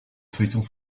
feuilleton